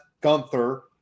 Gunther